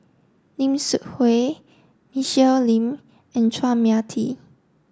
Lim Seok Hui Michelle Lim and Chua Mia Tee